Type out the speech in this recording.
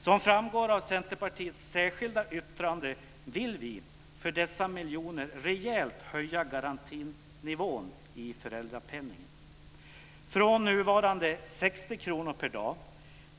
Som framgår av Centerpartiets särskilda yttrande vill vi för dessa miljoner rejält höja garantinivån i föräldrapenningen, från nuvarande 60 kr per dag